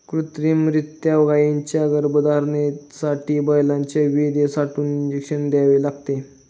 कृत्रिमरीत्या गायींच्या गर्भधारणेसाठी बैलांचे वीर्य साठवून इंजेक्शन द्यावे लागते